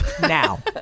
now